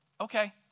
okay